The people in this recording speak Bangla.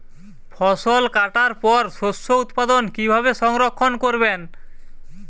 ফসল কাটার পর শস্য উৎপাদন কিভাবে সংরক্ষণ করবেন?